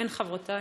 אין חברותי,